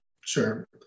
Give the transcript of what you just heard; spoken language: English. Sure